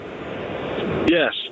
Yes